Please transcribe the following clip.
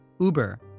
Uber